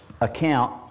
account